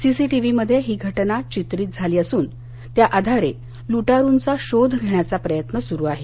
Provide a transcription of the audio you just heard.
सीसीटीव्हीमध्ये ही घटना चित्रीत झाली असून त्याआधारे लुटारुंचा शोध घेण्याचा प्रयत्न सुरू आहे